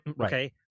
Okay